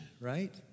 right